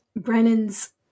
Brennan's